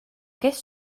kes